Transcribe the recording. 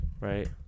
right